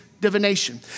divination